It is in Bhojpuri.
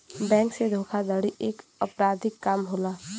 बैंक से धोखाधड़ी एक अपराधिक काम होला